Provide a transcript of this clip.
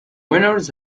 winners